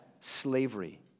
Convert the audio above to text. slavery